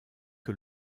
que